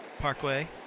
Parkway